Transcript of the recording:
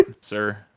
Sir